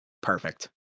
perfect